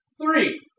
Three